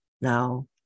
now